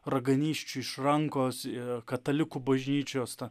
raganysčių iš rankos ir katalikų bažnyčios ta